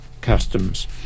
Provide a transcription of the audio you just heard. customs